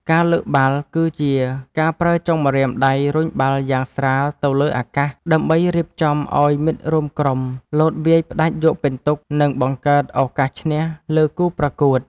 ការលើកបាល់គឺជាការប្រើចុងម្រាមដៃរុញបាល់យ៉ាងស្រាលទៅលើអាកាសដើម្បីរៀបចំឱ្យមិត្តរួមក្រុមលោតវាយផ្ដាច់យកពិន្ទុ និង បង្កើតឱកាសឈ្នះលើគូប្រកួត។